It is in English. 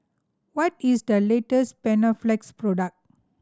what is the latest Panaflex product